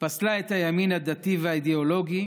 פסלה את הימין הדתי והאידיאולוגי